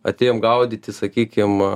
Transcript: atėjom gaudyti sakykim